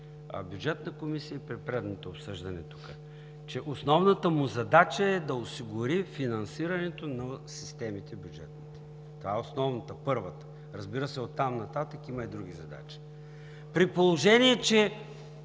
Бюджетната комисия, и на предното обсъждане тук, че основната му задача е да осигури финансирането на бюджетните системи. Това е основната, първата. Разбира се, оттам нататък има и други задачи. При положение че